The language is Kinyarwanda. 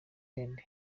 end